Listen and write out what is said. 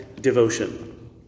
devotion